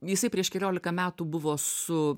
jisai prieš keliolika metų buvo su